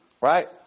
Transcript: right